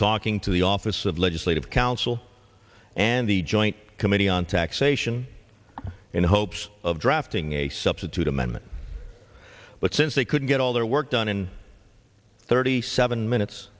talking to the office of legislative council and the joint committee on taxation in the hopes of drafting a substitute amendment but since they couldn't get all their work done in thirty seven minutes